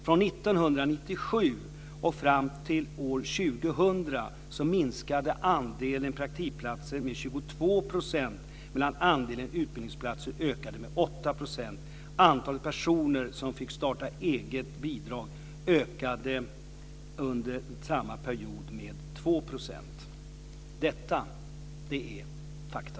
Från 1997 och fram till år 2000 minskade andelen praktikplatser med 22 % medan andelen utbildningsplatser ökade med 8 %. Antalet personer som fick starta-eget-bidrag ökade under samma period med 2 %. Detta är fakta.